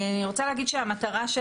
אני רוצה להגיד שהמטרה של